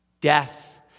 Death